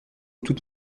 toute